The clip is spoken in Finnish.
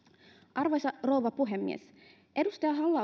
arvoisa rouva puhemies edustaja halla